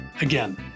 Again